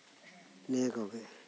ᱱᱤᱭᱟᱹᱠᱚᱜᱮ